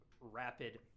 rapid